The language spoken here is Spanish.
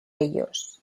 ellos